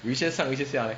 有一些上一些下 leh